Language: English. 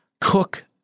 cook